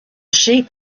sheep